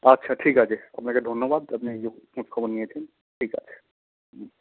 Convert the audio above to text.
আচ্ছা ঠিক আছে আপনাকে ধন্যবাদ আপনি যে খোঁজখবর নিয়েছেন ঠিক আছে হুম